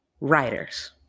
writers